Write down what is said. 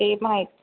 ते माहीत